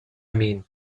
mean